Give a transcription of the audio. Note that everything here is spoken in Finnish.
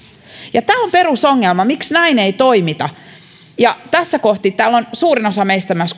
ja tämä on perusongelma miksi näin ei toimita ja kun täällä on suurin osa meistä myös